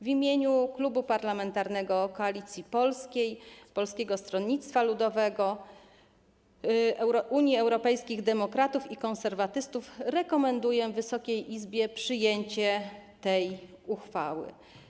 W imieniu Klubu Parlamentarnego Koalicja Polska - Polskie Stronnictwo Ludowe, Unia Europejskich Demokratów, Konserwatyści rekomenduję Wysokiej Izbie przyjęcie tej uchwały.